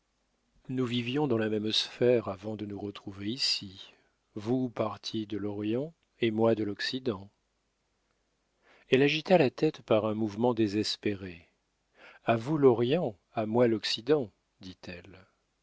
nous vivions dans la même sphère avant de nous retrouver ici vous partie de l'orient et moi de l'occident elle agita la tête par un mouvement désespéré a vous l'orient à moi l'occident dit-elle